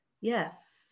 Yes